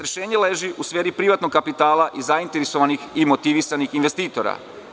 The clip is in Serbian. Rešenje leži u sferi privatnog kapitala i zainteresovanih i motivisanih investitora.